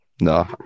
No